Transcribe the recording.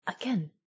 Again